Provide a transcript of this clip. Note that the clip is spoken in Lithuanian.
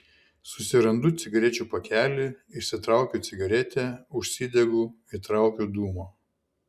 susirandu cigarečių pakelį išsitraukiu cigaretę užsidegu įtraukiu dūmo